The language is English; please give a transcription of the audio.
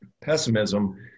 pessimism